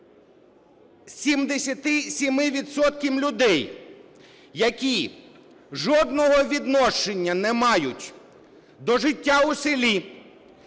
людей, які жодного відношення не мають до життя у селі,